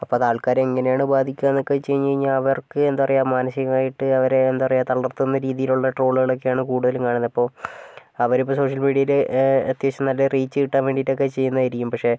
അപ്പോൾ അത് ആൾക്കാരെ എങ്ങനെയാണ് ബാധിക്കാന്നൊക്കെ വെച്ച് കഴിഞ്ഞാൽ അവർക്ക് എന്താ പറയാ മാനസികമായിട്ട് അവരെ എന്താ പറയാ തളർത്തുന്ന രീതിയിലുള്ള ട്രോളുകളൊക്കെയാണ് കൂടുതലും കാണുന്നത് അപ്പോൾ അവരിപ്പോൾ സോഷ്യൽ മീഡിയയിൽ അത്യാവശ്യം നല്ല റീച്ച് കിട്ടാൻ വേണ്ടിട്ടക്കേ ചെയ്യുന്നതായിരിക്കും പക്ഷേ